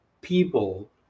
people